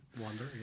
wonder